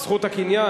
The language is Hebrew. איזה זכות הקניין?